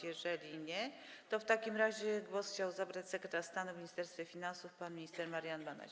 Jeżeli nie, to w takim razie głos chciałby zabrać sekretarz stanu w Ministerstwie Finansów pan minister Marian Banaś.